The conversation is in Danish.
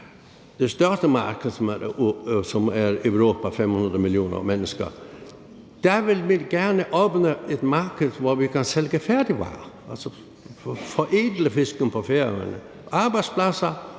Det største marked er Europa med 500 millioner mennesker. Der vil vi gerne opnå at få et marked, hvor vi kan sælge færdigvarer, altså forædle fisken på Færøerne – få arbejdspladser